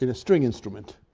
you know string instrument.